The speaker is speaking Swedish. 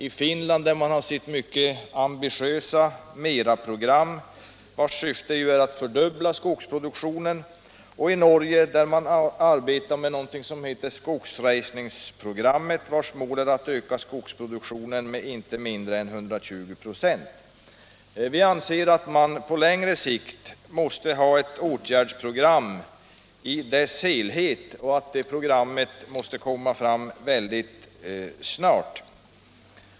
I Finland har man sitt Mera-program, vars syfte är att fördubbla skogsproduktionen, och i Norge arbetar man med Skogsreisingsprogrammet, vars mål är att öka skogsproduktionen med inte mindre än 120 4. Vi anser att man på längre sikt måste ha ett samlat åtgärdsprogram och att detta måste komma fram mycket snart.